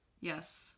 Yes